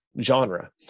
genre